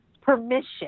permission